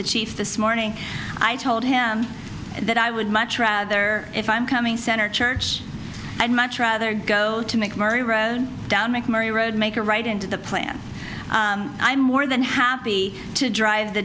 the chief this morning i told him that i would much rather if i'm coming center church i'd much rather go to make merry road down make merry road make a right into the plan i'm more than happy to drive the